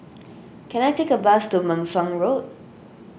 can I take a bus to Meng Suan Road